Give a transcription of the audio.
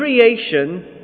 creation